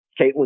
caitlin